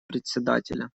председателя